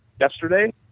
yesterday